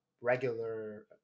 regular